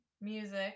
music